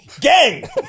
Gang